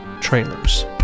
trailers